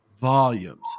volumes